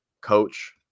coach